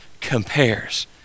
compares